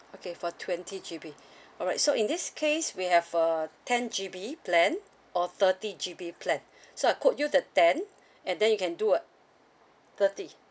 okay for twenty G_B all right so in this case we have a ten G_B plan or thirty G_B plan so I quote you the ten and then you can do a thirty